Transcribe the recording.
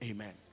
Amen